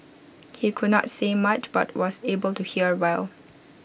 he could not say much but was able to hear well